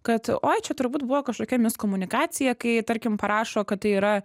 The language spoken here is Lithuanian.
kad oi čia turbūt buvo kažkokia miskomunikacija kai tarkim parašo kad tai yra